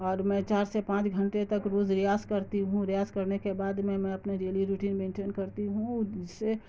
اور میں چار سے پانچ گھنٹے تک روز ریاض کرتی ہوں ریاض کرنے کے بعد میں میں اپنے ڈیلی روٹین مینٹین کرتی ہوں جس سے